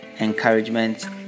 encouragement